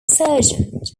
sergeant